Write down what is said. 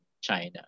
China